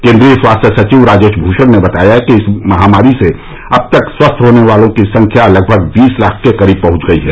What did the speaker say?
केन्द्रीय स्वास्थ्य सचिव राजेश भूषण ने बताया कि इस महामारी से अब तक स्वस्थ होने वालों की संख्या लगभग बीस लाख के करीब पहुंच गई है